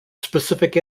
specific